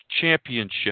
championship